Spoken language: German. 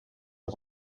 auf